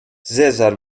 cèsar